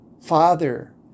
Father